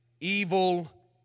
evil